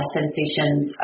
sensations